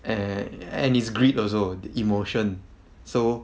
an~ and it's greed also emotion so